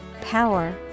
power